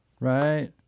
Right